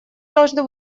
должны